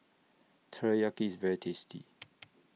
Teriyaki IS very tasty